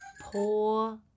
Poor